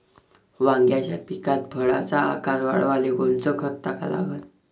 वांग्याच्या पिकात फळाचा आकार वाढवाले कोनचं खत टाका लागन?